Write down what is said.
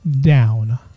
down